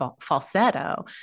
falsetto